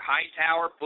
Hightower